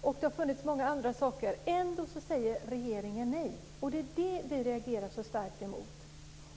Det har också funnits andra saker. Ändå säger regeringen nej. Det är det vi reagerar så starkt emot.